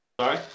Sorry